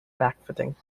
backfitting